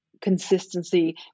consistency